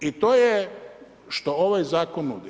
I to je što ovaj zakon nudi.